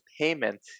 payment